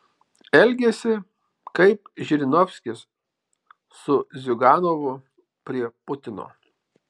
elgiasi kaip žirinovskis su ziuganovu prie putino